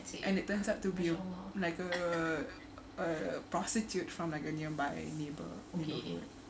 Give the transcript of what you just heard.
and it turns out to be like a a prostitute from like a nearby neighbour